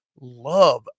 love